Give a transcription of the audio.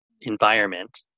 environment